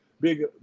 big